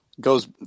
goes